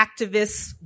activists